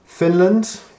Finland